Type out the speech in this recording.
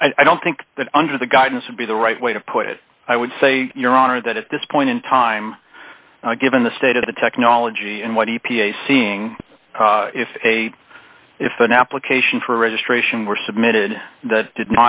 i don't think that under the guidance would be the right way to put it i would say your honor that at this point in time given the state of the technology and what are you seeing if a if an application for registration were submitted t